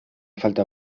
falta